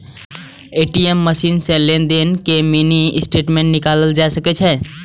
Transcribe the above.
ATM machine सं लेनदेन के मिनी स्टेटमेंट निकालल जा सकै छै